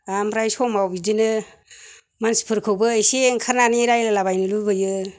ओमफ्राय समाव बिदिनो मानसिफोरखौबो इसे ओंखारनानै रायज्लायलाबायनो लुबैयो